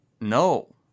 No